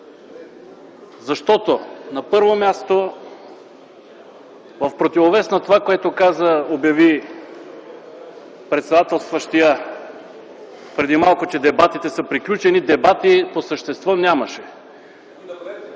защото, на първо място, в противовес на това, което обяви председателстващият преди малко, че дебатите за приключени, дебати по същество нямаше.